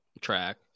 track